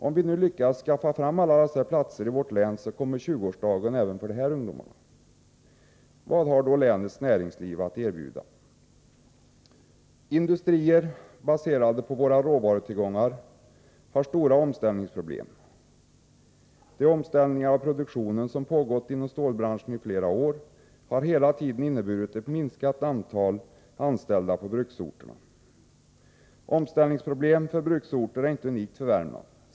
Om vi nu lyckas skaffa fram alla dessa platser i vårt län, så kommer 20-årsdagen även för de här ungdomarna. Vad har då länets näringsliv att erbjuda? Industrier baserade på våra råvarutillgångar har stora omställningsproblem. De omställningar av produktionen som pågått inom stålbranschen i flera år har hela tiden inneburit ett minskat antal anställda på bruksorterna. Omställningsproblem för bruksorter är inte unikt för Värmland.